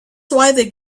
why